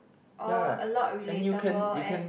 all a lot relatable and